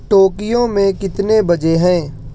Tokyo میں کتنے بجے ہیں